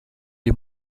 die